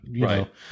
Right